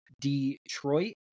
Detroit